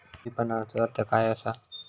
विपणनचो अर्थ काय असा?